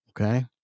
Okay